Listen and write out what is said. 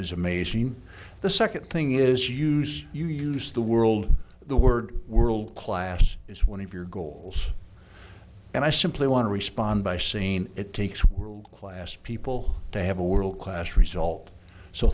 is amazing the second thing is use you use the world the word world class is one of your goals and i simply want to respond by scene it takes world class people to have a world class result so